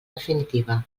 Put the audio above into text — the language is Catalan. definitiva